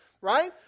Right